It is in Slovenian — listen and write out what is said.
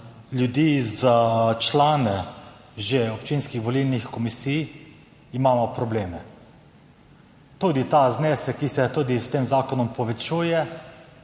ljudi že za člane občinskih volilnih komisij, imamo probleme. Tudi za ta znesek, ki se s tem zakonom povečuje,